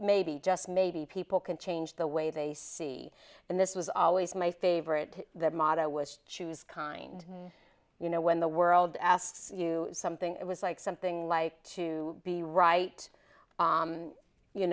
maybe just maybe people can change the way they see and this was always my favorite that motto was choose kind you know when the world asks you something it was like something like to be right